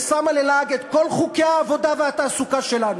ששמה ללעג את כל חוקי העבודה והתעסוקה שלנו.